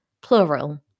plural